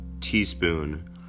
teaspoon